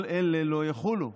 כל אלה לא יחולו.